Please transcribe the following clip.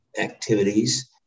activities